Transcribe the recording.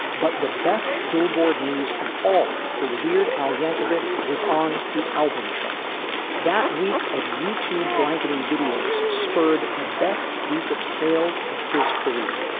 but the best billboard news of all for weird al yankovic was on the album chart that week of youtube blanketing videos spurred the best week of sales of his career.